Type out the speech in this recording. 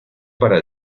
para